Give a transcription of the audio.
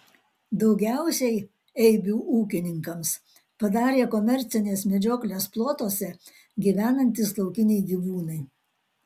daugiausiai eibių ūkininkams padarė komercinės medžioklės plotuose gyvenantys laukiniai gyvūnai